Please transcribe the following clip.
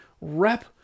rep